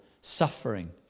suffering